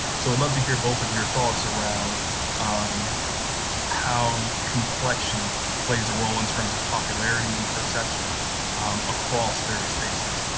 so i'd love to hear both of your thoughts around how complexion plays a role in terms of popularity and perception across various spaces,